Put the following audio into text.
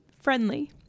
friendly